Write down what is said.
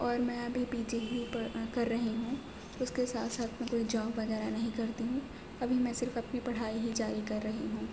اور میں ابھی پی جی ہی پر کر رہی ہوں اس کے ساتھ ساتھ میں کوئی جاب وغیرہ نہیں کرتی ہوں ابھی میں صرف اپنی پڑھائی ہی جاری کر رہی ہوں